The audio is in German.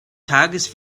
tages